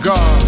God